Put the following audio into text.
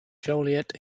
joliet